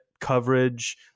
coverage